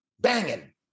banging